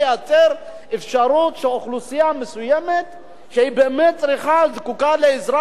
אפשרות שאוכלוסייה מסוימת שבאמת זקוקה לעזרה תקבל את העזרה.